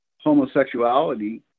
Homosexuality